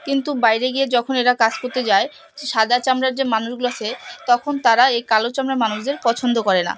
কিন্তু বাইরে গিয়ে যখন এরা কাজ করতে যায় সাদা চামড়ার যে মানুষগুলোছে তখন তারা এই কালো চামড়ার মানুষদের পছন্দ করে না